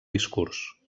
discurs